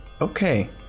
Okay